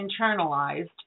internalized